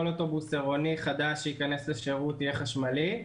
אוטובוס עירוני חדש שייכנס לשירות יהיה חשמלי.